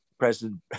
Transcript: President